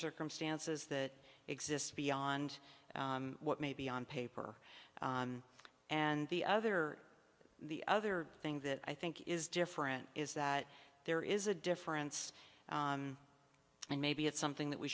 circumstances that exist beyond what may be on paper and the other the other thing that i think is different is that there is a difference and maybe it's something that we